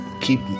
keep